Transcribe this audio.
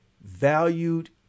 valued